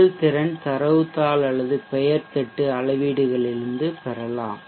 செயல்திறன் தரவுத்தாள் அல்லது பெயர் தட்டு அளவீடுகளிலிருந்து பெறலாம்